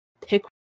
pick